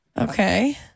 Okay